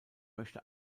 möchte